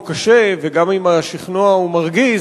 גם אם השכנוע הוא קשה וגם אם השכנוע הוא מרגיז,